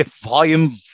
volume